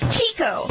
Chico